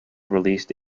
released